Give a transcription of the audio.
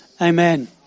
Amen